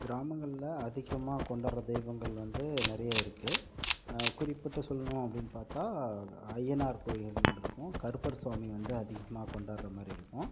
கிராமங்களில் அதிகமாக கொண்டாடுகிற தெய்வங்கள் வந்து நிறைய இருக்குது குறிப்பிட்டு சொல்லணும் அப்படினு பார்த்தா அய்யனார் கோயில்ன்றுருக்கும் கருப்பர் சுவாமி வந்து அதிகமாக கொண்டாடுகிற மாதிரி இருக்கும்